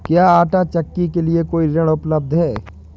क्या आंटा चक्की के लिए कोई ऋण उपलब्ध है?